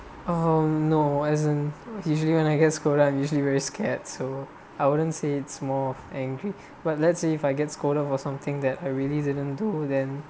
um no as in usually when I get scolded I usually very scared so I wouldn't say it's more of angry but let's say if I get scolded for something that I really didn't do then